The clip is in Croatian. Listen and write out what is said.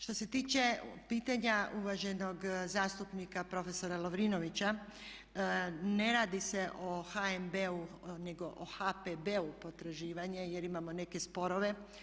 Što se tiče pitanja uvaženog zastupnika prof. Lovrinovića ne radi se o HNB-u nego o HPB-u potraživanje jer imamo neke sporove.